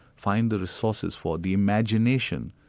find the resources for, the imagination,